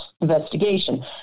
investigation